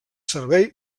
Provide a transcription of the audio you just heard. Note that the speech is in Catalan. servei